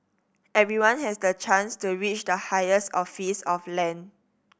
everyone has the chance to reach the higher office of land